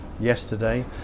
yesterday